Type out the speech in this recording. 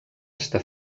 està